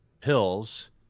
pills